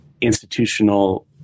institutional